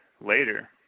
later